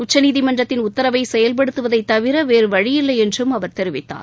உச்சநீதிமன்றத்தின் உத்தரவை செயல்படுத்துவதைத் தவிர வேறு வழியில்லை என்றும் அவர் தெரிவித்தார்